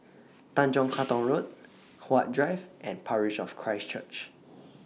Tanjong Katong Road Huat Drive and Parish of Christ Church